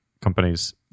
companies